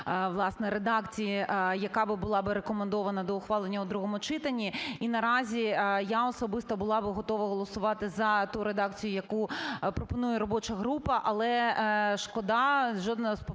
власне, редакції, яка би була би рекомендована до ухвалення в другому читанні. І наразі я особисто була би готова голосувати за ту редакцію, яку пропонує робоча група. Але шкода, жодна з поправок,